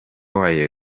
wayo